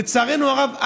לצערנו הרב,